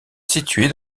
située